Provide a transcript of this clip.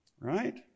right